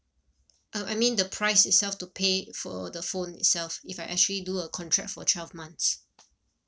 um I mean the price itself to pay for the phone itself if I actually do a contract for twelve months